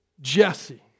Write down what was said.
Jesse